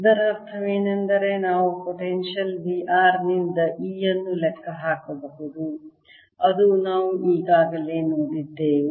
ಇದರ ಅರ್ಥವೇನೆಂದರೆ ನಾವು ಪೊಟೆನ್ಶಿಯಲ್ V r ನಿಂದ E ಅನ್ನು ಲೆಕ್ಕ ಹಾಕಬಹುದು ಅದು ನಾವು ಈಗಾಗಲೇ ನೋಡಿದ್ದೇವೆ